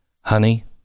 Honey